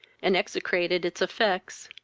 and execrated its effects.